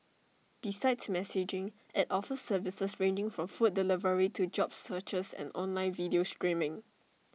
besides messaging IT offers services ranging from food delivery to job searches and online video streaming